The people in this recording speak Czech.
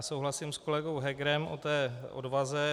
Souhlasím s kolegou Hegerem o té odvaze.